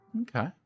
Okay